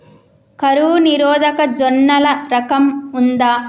కరువు నిరోధక జొన్నల రకం ఉందా?